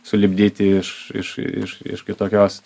sulipdyti iš iš iš iš kitokios te